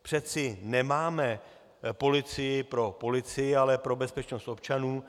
Přeci nemáme policii pro policii, ale pro bezpečnost občanů.